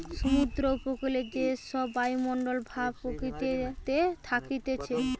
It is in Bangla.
সমুদ্র উপকূলে যে সব বায়ুমণ্ডল ভাব প্রকৃতিতে থাকতিছে